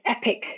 epic